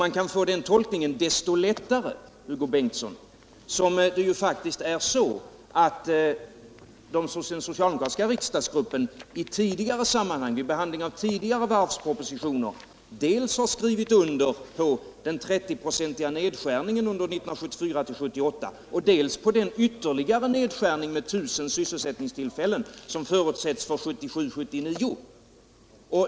Man kan göra den tolkningen desto lättare som den socialdemokratiska riksdagsgruppen faktiskt, Hugo Bengtsson, vid behandlingen av tidigare varvspropositioner har skrivit under på dels den 30-procentiga nedskärningen under åren 1974-1978, dels den ytterligare nedskärning med 1 000 sysselsättningstillfällen som förutsätts för 1977-1979.